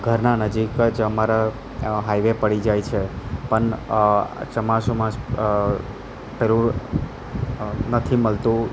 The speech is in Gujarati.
ઘરના નજીક જ અમારા હાઈવે પડી જાય છે પન ચોમાસુંમાં રોડ નથી મળતું